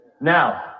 Now